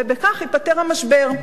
ובכך ייפתר המשבר.